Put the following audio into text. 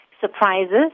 surprises